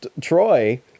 Troy